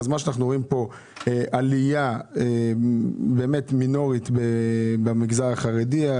אנחנו רואים פה עלייה מינורית במגזר החרדי,